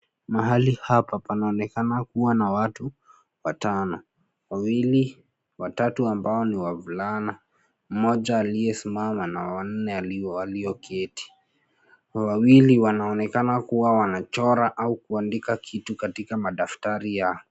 Mahali hapa panaonekana kuwa na watu, watano, wawili, watatu ambao ni wavulana, mmoja aliyesimama na wanne alioketi, wawili wanaonekana kuwa wanachora au kuandika kitu katika madaftari yao.